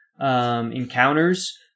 Encounters